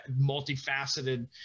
multifaceted